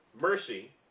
mercy